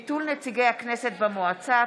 (ביטול נציגי הכנסת במועצה),